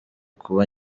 kuba